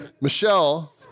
Michelle